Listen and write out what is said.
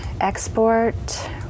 Export